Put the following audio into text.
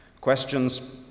Questions